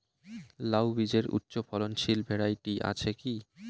লাউ বীজের উচ্চ ফলনশীল ভ্যারাইটি আছে কী?